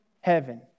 heaven